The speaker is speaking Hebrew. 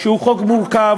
שהוא חוק מורכב,